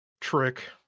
trick